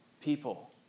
people